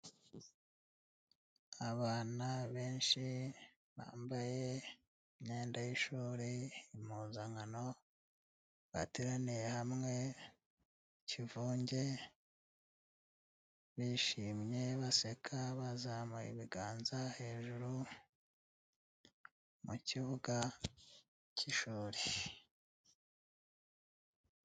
Abana benshi bambaye imyenda y'ishuri impuzankano bateraniye hamwe ikivunge bishimye baseka bazamuraye ibiganza hejuru mukibuga cy'ishuri.